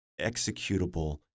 executable